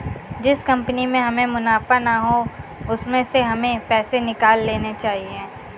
जिस कंपनी में हमें मुनाफा ना हो उसमें से हमें पैसे निकाल लेने चाहिए